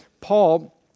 Paul